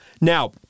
Now